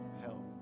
help